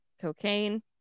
cocaine